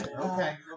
Okay